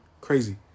Crazy